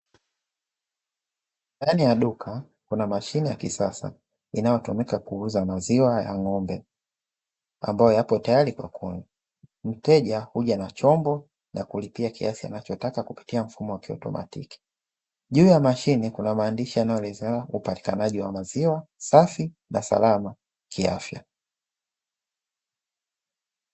Ndani ya duka kuna mashine ya kisasa inayotumika kuuza maziwa ya ng'ombe ambayo yapo tayari kwa kunywa. Mteja huja na chombo nakulipia kiasi anacho taka kupitia mfumo wa kiotomatiki, juu ya mfumo kuna maandishi yanayo elezea upatikanaji wa maziwa safi na salama kiafya.